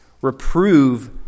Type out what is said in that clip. reprove